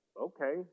okay